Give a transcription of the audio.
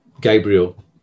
gabriel